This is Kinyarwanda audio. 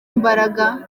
imbaraga